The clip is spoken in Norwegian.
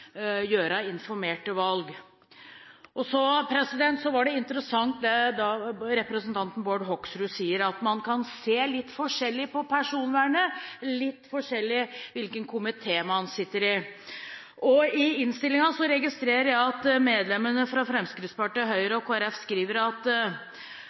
gjøre informerte valg. Så er det interessant det representanten Bård Hoksrud sier, at man kan se litt forskjellig på personvernet alt etter hvilken komité man sitter i. I innstillingen registrerer jeg at medlemmene fra Fremskrittspartiet, Høyre